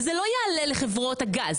זה לא יעלה לחברות הגז,